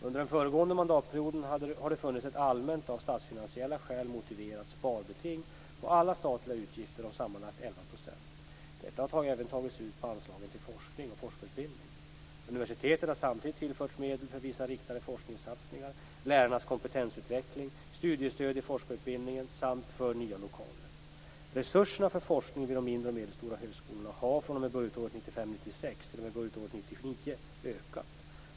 Under den föregående mandatperioden har det funnits ett allmänt, av statsfinansiella skäl motiverat, sparbeting på alla statliga utgifter om sammanlagt 11 %. Detta har även tagits ut på anslagen till forskning och forskarutbildning. Universiteten har samtidigt tillförts medel för vissa riktade forskningssatsningar, lärarnas kompetensutveckling, studiestöd i forskarutbildningen samt nya lokaler. Resurserna för forskning vid de mindre och medelstora högskolorna har fr.o.m. budgetåret 1995/96 t.o.m. budgetåret 1999 ökat.